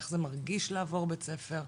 איך זה מרגיש לעבור בית ספר?